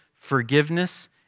forgiveness